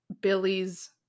Billy's